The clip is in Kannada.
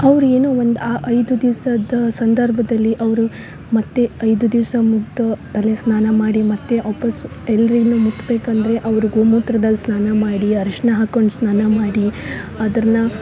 ಅವ್ರು ಏನೋ ಒಂದು ಆ ಐದು ದಿವ್ಸದ ಸಂದರ್ಭದಲ್ಲಿ ಅವರು ಮತ್ತು ಐದು ದಿವಸ ಮುಗ್ದು ತಲೆ ಸ್ನಾನ ಮಾಡಿ ಮತ್ತೆ ವಾಪಾಸ್ಸು ಎಲ್ರಿಗುನು ಮುಟ್ಬೇಕು ಅಂದರೆ ಅವರು ಗೋ ಮೂತ್ರದಲ್ಲಿ ಸ್ನಾನ ಮಾಡಿ ಅರ್ಶ್ನ ಹಾಕೊಂಡು ಸ್ನಾನ ಮಾಡಿ ಅದರ್ನ